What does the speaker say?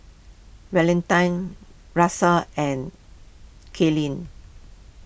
Valentine Russel and Kaylen